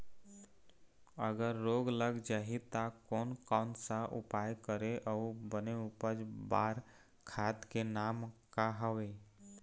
अगर रोग लग जाही ता कोन कौन सा उपाय करें अउ बने उपज बार खाद के नाम का हवे?